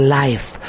life